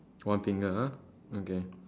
one finger ah okay